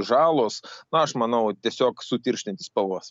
žalos na aš manau tiesiog sutirštinti spalvas